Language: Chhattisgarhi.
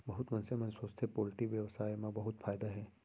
बहुत मनसे मन सोचथें पोल्टी बेवसाय म बहुत फायदा हे